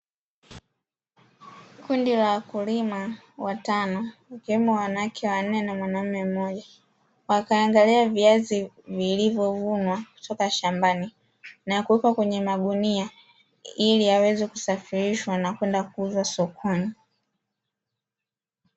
Kundi la wakulima watano (wakiwemo wanawake wanne na mwanaume mmoja), wakiangalia viazi vilivyovunwa kutoka shambani na kuwekwa kwenye magunia ili yaweze kusafirishwa na kwenda kuuzwa sokoni.